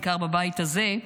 בעיקר בבית הזה,